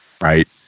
right